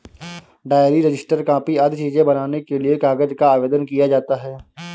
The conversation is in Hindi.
डायरी, रजिस्टर, कॉपी आदि चीजें बनाने के लिए कागज का आवेदन किया जाता है